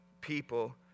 people